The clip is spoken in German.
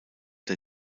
der